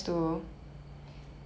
(uh huh)